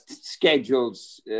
schedules